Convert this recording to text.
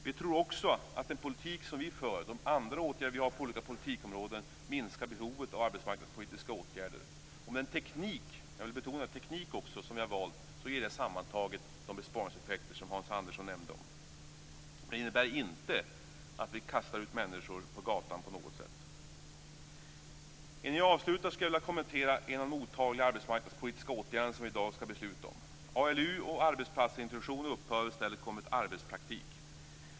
Vi tror också att den politik som vi för och de övriga åtgärder som vi föreslår på olika politikområden minskar behovet av arbetsmarknadspolitiska åtgärder. Med den teknik - jag vill betona teknik - som vi har valt blir det sammantaget de besparingseffekter som Hans Andersson nämnde. Men det innebär inte att vi kastar ut människor på gatan på något sätt. Innan jag avslutar skulle jag vilja kommentera en av de otaliga arbetsmarknadspolitiska åtgärder som vi i dag skall besluta om. ALU och arbetsplatsintroduktion upphör och i stället införs arbetspraktik.